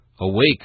Awake